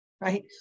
right